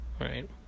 right